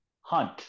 Hunt